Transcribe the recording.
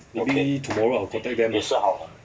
maybe tomorrow I will total gram this